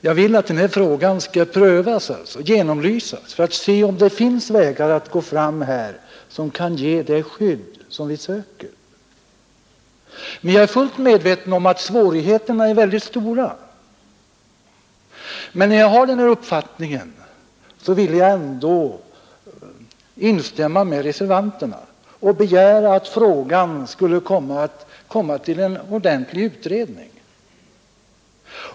Jag vill att denna fråga skall genomlysas för att vi skall kunna se om det finns vägar vilka kan leda fram till det skydd som vi söker. Jag är fullt medveten om att svårigheterna är mycket stora. Men eftersom jag har denna uppfattning, ville jag ändå instämma med reservanterna och begära att frågan skulle komma under ordentlig utredning.